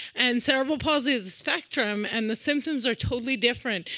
and cerebral palsy is a spectrum, and the symptoms are totally different,